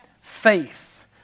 Faith